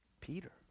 Peter